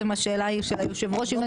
אומר את